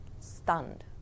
stunned